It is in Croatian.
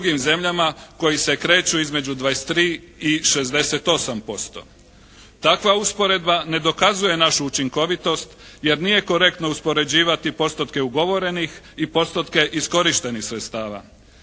u drugim zemljama koji se kreću između 23 i 68%. Takva usporedba ne dokazuje našu učinkovitost jer nije korektno uspoređivati postotke ugovorenih i postotke iskorištenih sredstava.